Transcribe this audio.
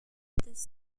this